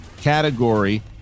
category